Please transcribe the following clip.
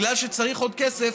בגלל שצריך עוד כסף.